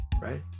right